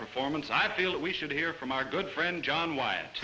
performance i feel that we should hear from our good friend john w